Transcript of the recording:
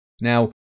Now